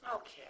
Okay